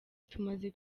tumaze